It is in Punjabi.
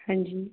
ਹਾਂਜੀ